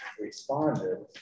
responded